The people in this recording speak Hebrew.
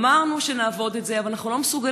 אמרנו שנעבור את זה, אבל אנחנו לא מסוגלים.